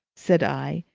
said i,